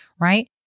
right